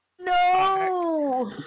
No